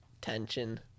tension